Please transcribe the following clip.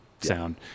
sound